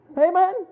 Amen